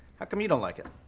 how come you don't like it?